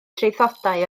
traethodau